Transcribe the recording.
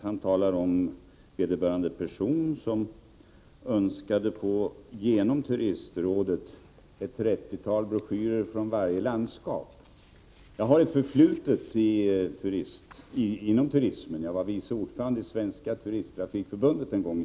Han talar om en person som genom turistrådet önskade få ett trettiotal broschyrer från varje landskap. Jag har ett förflutet inom turismen — jag var en gång i tiden vice ordförande i Svenska turistrafikförbundet.